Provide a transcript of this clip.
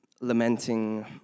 lamenting